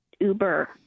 Uber